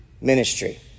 ministry